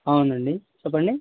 అవునండి చెప్పండి